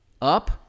up